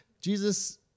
Jesus